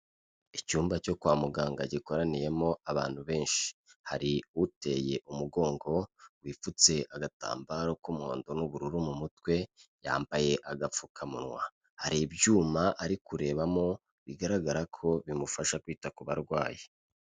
Icyumba cyo kwa muganga gikoraniyemo abantu benshi, hari uteye umugongo wipfutse agatambaro k'umuhondo n'ubururu mu mutwe, yambaye agapfukamunwa, hari ibyuma ari kurebamo bigaragara ko bimufasha kwita ku barwayi.